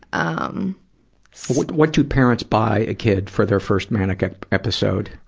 um so what do parents buy a kid for their first manic episode?